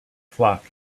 flock